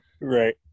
Right